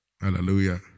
Hallelujah